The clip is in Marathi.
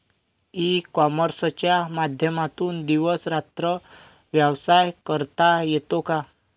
ई कॉमर्सच्या माध्यमातून दिवस रात्र व्यवसाय करता येतो का?